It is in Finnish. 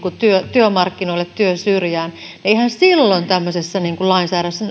työmarkkinoille työn syrjään eihän silloin tämmöisessä lainsäädännössä